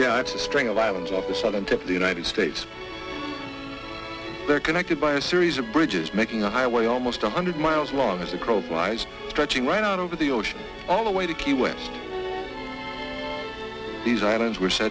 yeah it's a string of islands off the southern tip of the united states they're connected by a series of bridges making a highway almost one hundred miles long as the crow flies stretching right out over the ocean all the way to key west these islands w